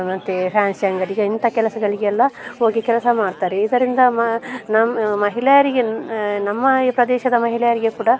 ಮತ್ತು ಫ್ಯಾನ್ಸಿ ಅಂಗಡಿಗೆ ಇಂಥ ಕೆಲಸಗಳಿಗೆಲ್ಲ ಹೋಗಿ ಕೆಲಸ ಮಾಡ್ತಾರೆ ಇದರಿಂದ ಮ ನಮ್ಮ ಮಹಿಳೆಯರಿಗೆ ನಮ್ಮ ಈ ಪ್ರದೇಶದ ಮಹಿಳೆಯರಿಗೆ ಕೂಡ